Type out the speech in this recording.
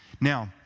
Now